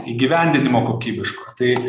įgyvendinimo kokybiško tai